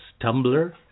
Tumblr